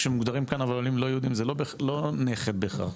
כשמוגדרים כאן עולים לא יהודים זה לא נכד בהכרח,